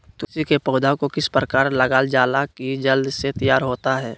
तुलसी के पौधा को किस प्रकार लगालजाला की जल्द से तैयार होता है?